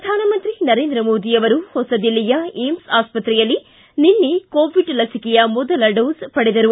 ಪ್ರಧಾನಮಂತ್ರಿ ನರೇಂದ್ರ ಮೋದಿ ಅವರು ಹೊಸದಿಲ್ಲಿಯ ಏಮ್ಲೆ ಆಸ್ಷತ್ರೆಯಲ್ಲಿ ನಿನ್ನೆ ಕೋವಿಡ್ ಲಿಸಿಕೆಯ ಮೊದಲ ಡೋಸ್ ಪಡೆದರು